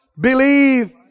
believe